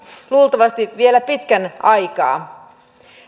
luultavasti vielä pitkän aikaa